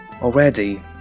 Already